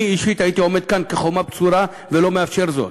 אני אישית הייתי עומד כאן כחומה בצורה ולא מאפשר זאת,